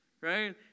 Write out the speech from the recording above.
Right